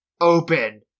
open